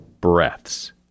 breaths